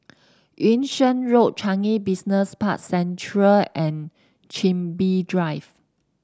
Yung Sheng Road Changi Business Park Central and Chin Bee Drive